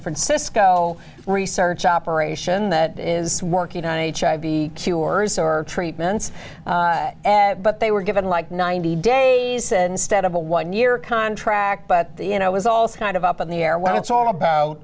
francisco research operation that is working on h i v cures or treatments but they were given like ninety days instead of a one year contract but you know it was also kind of up in the air when it's all about